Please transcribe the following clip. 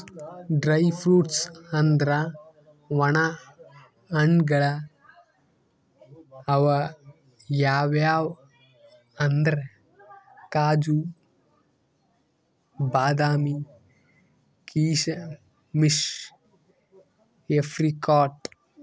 dry fruits ಅಂದ್ರ ವಣ ಹಣ್ಣ್ಗಳ್ ಅವ್ ಯಾವ್ಯಾವ್ ಅಂದ್ರ್ ಕಾಜು, ಬಾದಾಮಿ, ಕೀಶಮಿಶ್, ಏಪ್ರಿಕಾಟ್